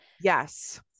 Yes